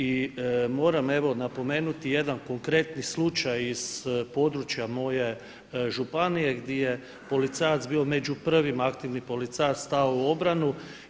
I moram evo napomenuti jedan konkretni slučaj iz područja moje županije gdi je policajac bio među prvim aktivni policajac stao u obranu.